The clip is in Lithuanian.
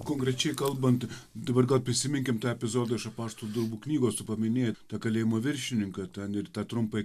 konkrečiai kalbant dabar gal prisiminkim tą epizodą iš apaštalų darbų knygos paminėjot tą kalėjimo viršininką ten ir tą trumpai